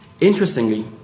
Interestingly